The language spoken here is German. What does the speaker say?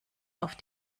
auf